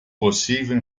possível